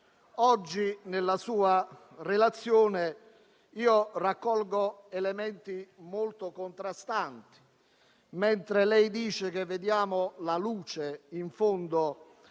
Oggi, nella sua relazione, colgo elementi molto contrastanti: dice che vediamo la luce in fondo